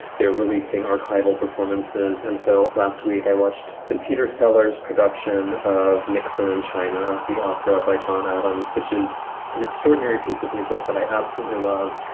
they're releasing archival performances. and so last week i watched the peter sellars production of nixon in china the opera by john adams, which is an extraordinary piece of music that i absolutely love.